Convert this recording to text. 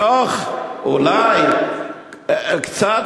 מתוך אולי קצת,